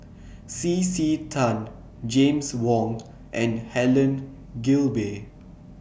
C C Tan James Wong and Helen Gilbey